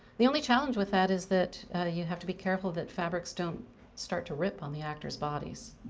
the only challenge with that is that you have to be careful that fabrics don't start to rip on the actors' bodies.